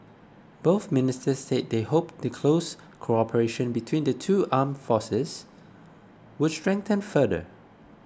both ministers said they hoped the close cooperation between the two armed forces would strengthen further